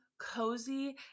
cozy